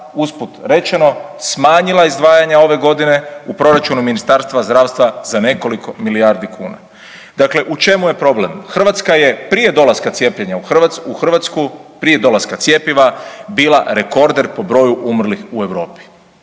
usput rečeno smanjila izdvajanja ove godine u proračunu Ministarstva zdravstva za nekoliko milijardi kuna. Dakle, u čemu je problem? Hrvatska je prije dolaska cijepljenja u Hrvatsku, prije dolaska cjepiva